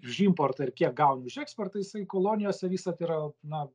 už importą ir kiek gauni už eksportą jisai kolonijose visad yra na